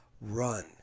run